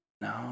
no